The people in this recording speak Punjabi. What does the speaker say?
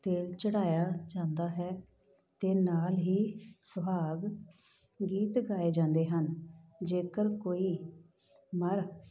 ਤੇਲ ਚੜਾਇਆ ਜਾਂਦਾ ਹੈ ਅਤੇ ਨਾਲ ਹੀ ਸੁਹਾਗ ਗੀਤ ਗਾਏ ਜਾਂਦੇ ਹਨ ਜੇਕਰ ਕੋਈ ਮਰ